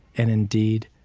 and indeed,